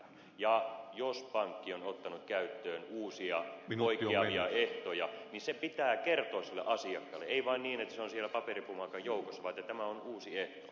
ja jos pankki on ottanut käyttöön uusia poikkeavia ehtoja niin se pitää kertoa sille asiakkaalle ei vain niin että se on siellä paperipumaskan joukossa vaan että tämä on uusi ehto